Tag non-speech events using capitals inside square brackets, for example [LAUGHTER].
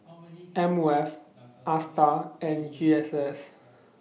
[NOISE] M O F ASTAR and G S S